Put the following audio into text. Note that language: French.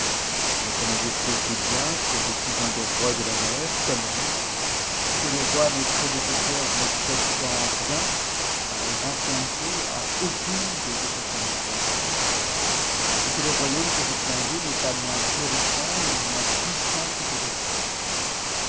votre majesté sait bien que je suis un des rois de la mer comme elle que les rois mes prédécesseurs ne cèdent en rien par leur ancienneté à aucune des autres fanuttes royales et que le royaume que je tiens d'eux n'est pas moins florissant ni moins puissant que de leur